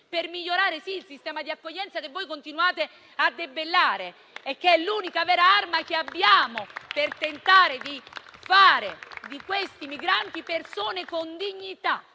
per migliorare il sistema di accoglienza che voi continuate a debellare e che è l'unica vera arma che abbiamo per tentare di fare di questi migranti persone con dignità.